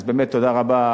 אז באמת תודה רבה,